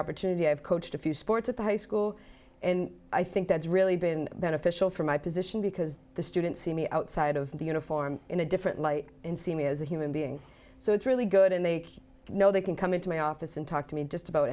opportunity to have coached a few sports at the high school and i think that's really been beneficial for my position because the students see me outside of the uniform in a different light and see me as a human being so it's really good and they know they can come into my office and talk to me just about